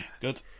Good